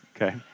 okay